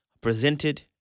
presented